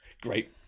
Great